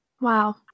Wow